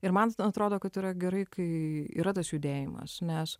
ir man atrodo kad yra gerai kai yra tas judėjimas nes